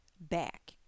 back